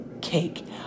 cake